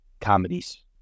comedies